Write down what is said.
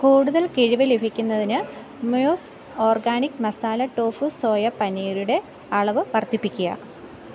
കൂടുതൽ കിഴിവ് ലഭിക്കുന്നതിന് മ്യൂസ് ഓർഗാനിക് മസാല ടോഫു സോയ പനീറിന്റെ അളവ് വർദ്ധിപ്പിക്കുക